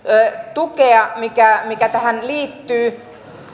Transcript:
tukea mikä mikä tähän liittyy